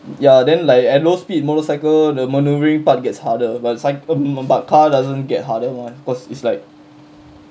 ya then like at low speed motorcycle the maneuvering part gets harder but cy~ um but car doesn't get harder mah cause it's like